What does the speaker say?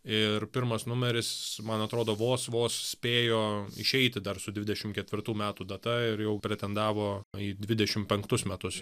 ir pirmas numeris man atrodo vos vos spėjo išeiti dar su dvidešim ketvirtų metų data ir jau pretendavo į dvidešim penktus metus